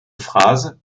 phase